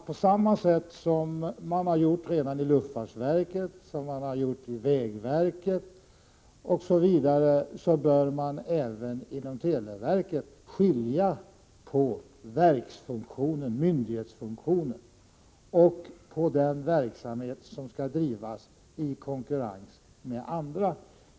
På samma sätt som man redan har gjort i luftfartsverket, vägverket osv. menar vi att man även inom televerket bör skilja på myndighetsfunktionen och den verksamhet som skall drivas i konkurrens med andra.